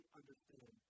understand